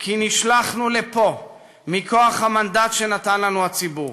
כי נשלחנו לפה מכוח המנדט שנתן לנו הציבור.